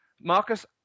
Marcus